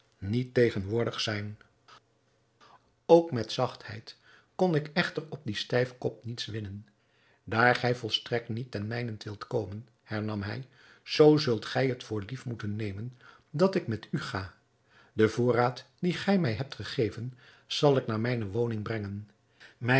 niet tegenwoordig zijn ook met zachtheid kon ik echter op dien stijfkop niets winnen daar gij volstrekt niet ten mijnent wilt komen hernam hij zoo zult gij het voor lief moeten nemen dat ik met u ga de voorraad dien gij mij hebt gegeven zal ik naar mijne woning brengen